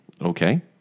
Okay